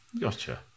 Gotcha